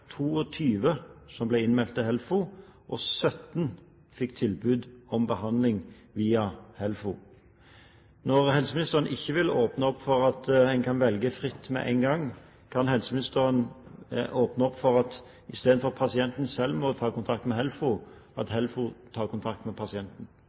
som ble innmeldt til HELFO, og 17 fikk tilbud om behandling via HELFO. Når helseministeren ikke vil åpne opp for at en kan velge fritt med én gang, kan helseministeren åpne opp for at HELFO kan ta kontakt med pasienten, i stedet for at pasienten selv må ta kontakt med HELFO?